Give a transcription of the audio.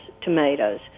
tomatoes